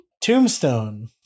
Tombstone